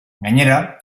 gainera